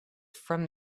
from